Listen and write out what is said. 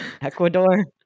Ecuador